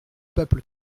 peuple